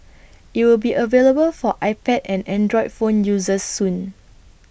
IT will be available for iPad and Android phone users soon